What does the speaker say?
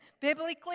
Biblically